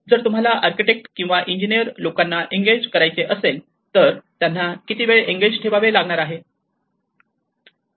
जर तुम्हाला आर्किटेक्ट किंवा इंजिनीयर लोकांना एंगेज करायचे असेल तर त्यांना किती वेळ एंगेज ठेवावे लागणार आहे